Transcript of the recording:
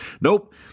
Nope